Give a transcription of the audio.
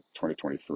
2023